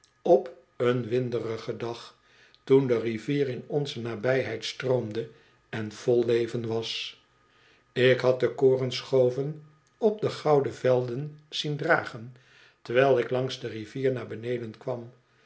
op een winderigen dag toen de rivier in onze nabijheid stroomde en vol leven was ik had de korenschooven op de gouden velden zien dragen terwijl ik langs de rivier naar beneden kwam